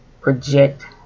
project